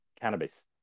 cannabis